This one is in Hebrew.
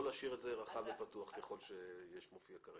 להשאיר את זה רחב ופתוח כפי שמופיע כרגע.